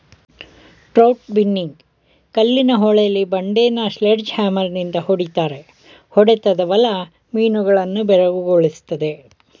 trout binning ಕಲ್ಲಿನ ಹೊಳೆಲಿ ಬಂಡೆನ ಸ್ಲೆಡ್ಜ್ ಹ್ಯಾಮರ್ನಿಂದ ಹೊಡಿತಾರೆ ಹೊಡೆತದ ಬಲ ಮೀನುಗಳನ್ನು ಬೆರಗುಗೊಳಿಸ್ತದೆ